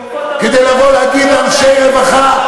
כדי לבוא ולהגיד לאנשי רווחה,